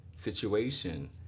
Situation